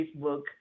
Facebook